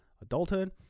adulthood